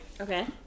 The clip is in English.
Okay